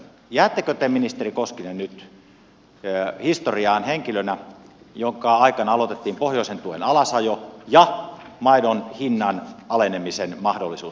jäättekö te ministeri koskinen nyt historiaan henkilönä jonka aikana aloitettiin pohjoisen tuen alasajo ja maidon hinnan alenemisen mahdollisuus